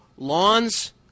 Lawns